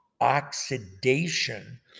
oxidation